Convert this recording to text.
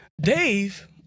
Dave